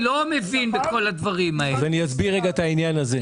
אני אסביר את זה.